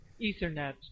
Ethernet